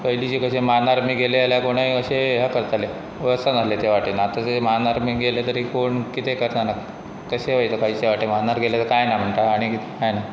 पयलीं जशे कशें महानार बी गेलें जाल्यार कोणूय अशें हें करताले वस्सान नासले ते वाटेन आतां ज मानार बी गेलें तरी कोण कितें करतना कशें वयता खयचे वाटे मानार गेले कांय ना म्हणटा आनी किते कांय ना